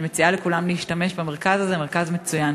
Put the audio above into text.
אני מציעה לכולם להשתמש במרכז הזה, מרכז מצוין.